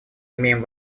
имеем